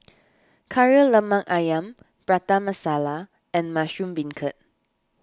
Kari Lemak Ayam Prata Masala and Mushroom Beancurd